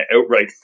outright